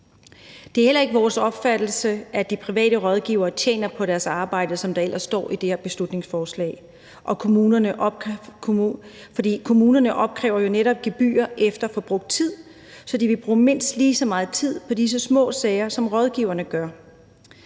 Det er heller ikke vores opfattelse, at de private rådgivere tjener på deres arbejde, som der ellers står i det her beslutningsforslag, for kommunerne opkræver netop gebyrer efter brugt tid, så de vil bruge mindst lige så meget tid på disse små sager, som rådgiverne gør.